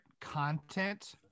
content